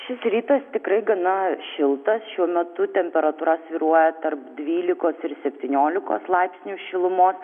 šis rytas tikrai gana šiltas šiuo metu temperatūra svyruoja tarp dvylikos ir septyniolikos laipsnių šilumos